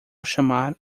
chamar